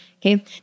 okay